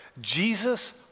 Jesus